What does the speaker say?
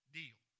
deal